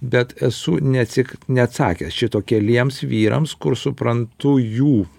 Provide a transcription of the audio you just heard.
bet esu ne tik neatsakęs šito keliems vyrams kur suprantu jų